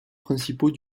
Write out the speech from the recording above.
principaux